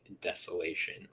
desolation